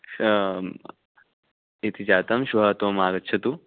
शाम् इति जातं श्वः त्वम् आगच्छ